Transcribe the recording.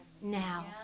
now